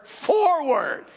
forward